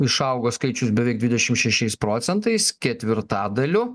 išaugo skaičius beveik dvidešim šešiais procentais ketvirtadaliu